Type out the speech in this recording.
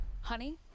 honey